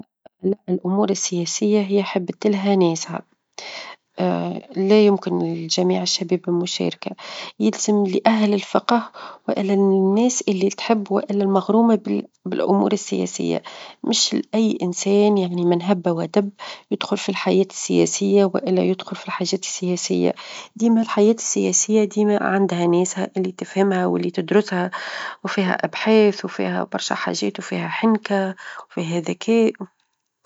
لأ لأ الأمور السياسية هي حابة الها ناسها، <> لا يمكن لجميع الشباب المشاركة يلزم لأهل الفقه، والا للناس اللي تحب، والا المغرومة -بال- بالأمور السياسية، مش لأى إنسان يعني من هب ودب يدخل في الحياة السياسية، والا يدخل في الحاجات السياسية، ديما الحياة السياسية ديما عندها ناسها اللي تفهمها، واللي تدرسها، وفيها أبحاث، وفيها برشا حاجات، وفيها حنكة، وفيها ذكاء.